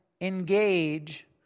engage